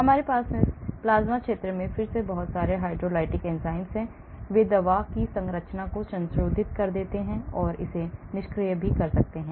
हमारे पास प्लाज्मा क्षेत्र में फिर से बहुत सारे हाइड्रोलाइटिक एंजाइम हैं वे दवा की संरचना को संशोधित कर सकते हैं और इसे निष्क्रिय कर सकते हैं